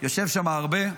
יושב שם הרבה.